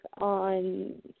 on